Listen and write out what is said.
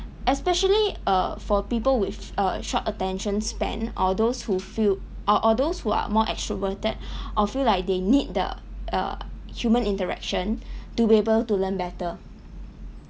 especially err for people with a short attention span or those who feel or or those who are more extroverted or feel like they need the err human interaction to be able to learn better